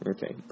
Okay